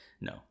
no